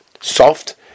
soft